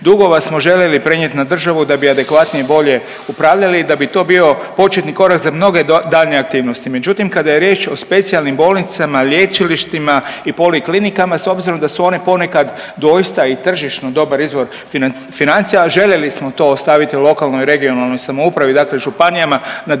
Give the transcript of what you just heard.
dugova smo željeli prenijeti na državu da bi adekvatnije i bolje upravljali i da bi to bio početni korak za mnoge daljnje aktivnosti, međutim kada je riječ o specijalnim bolnicama, lječilištima i poliklinikama, s obzirom da su one ponekad doista i tržišno dobar izvor financija, željeli smo to ostaviti lokalnoj i regionalnoj samoupravi, dakle županijama, na daljnje